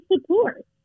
support